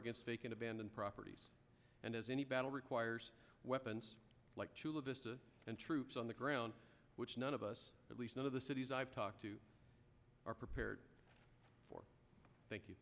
against vacant abandoned properties and as any battle requires weapons like chula vista and troops on the ground which none of us at least none of the cities i've talked to are prepared for thank you